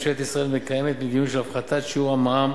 ממשלת ישראל מקיימת מדיניות של הפחתת שיעור המע"מ,